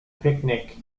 picnic